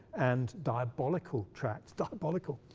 and diabolical tract diabolical!